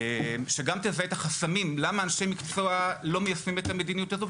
שגם תזהה את החסמים למה אנשי מקצוע לא מיישמים את המדיניות הזאת,